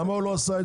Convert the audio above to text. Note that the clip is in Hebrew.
למה הוא לא עשה?